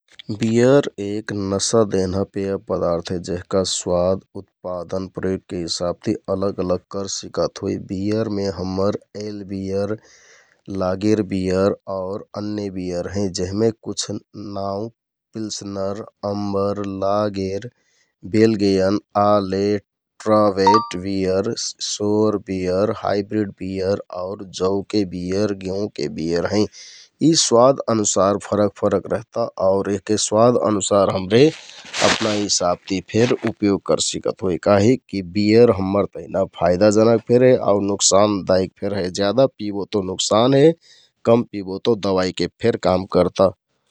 बियर एक नशा देहना पेय पदार्थ हे जेहका स्वाद उत्पादन, प्रयोगके हिसाब ति अलग अलग करसिकत होइ । बियरमे हम्मर एल बियर, लागेर बियल आउर अन्य बियर हैं जेहमे कुछ नाउँ पिल्सनर, अम्बर, लागेर, बेलगेएन, आलेट, ट्रावेट beer, sour beer, hybrid beer आउर जौ के बियर, गेंहुँके बियर हैं । यि स्वाद अनुसार फरक फरक रहता आउर यहके स्वाद अनुसार हमरे अपना हिसाबति फेर उपयोग करसिकत होइ । काहिककि बियर हम्मर तेहना फाइदाजनक फेर आउ नोक्सानदायिक फेर हे । ज्यादा पिबो तौ नोक्सान हे कम पिबो तौ दबाइके फेर काम करता ।